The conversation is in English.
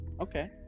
Okay